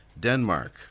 Denmark